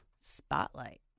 spotlight